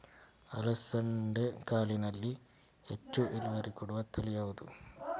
ಅಲಸಂದೆ ಕಾಳಿನಲ್ಲಿ ಹೆಚ್ಚು ಇಳುವರಿ ಕೊಡುವ ತಳಿ ಯಾವುದು?